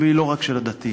והיא לא רק של הדתיים.